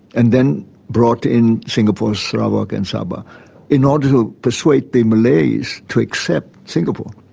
and then brought in singapore, sarawak and sabah in order to persuade the malays to accept singapore.